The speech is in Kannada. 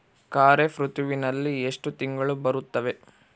ಖಾರೇಫ್ ಋತುವಿನಲ್ಲಿ ಎಷ್ಟು ತಿಂಗಳು ಬರುತ್ತವೆ?